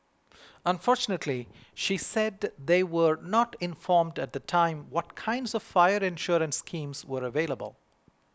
unfortunately she said they were not informed at the time what kinds of fire insurance schemes were available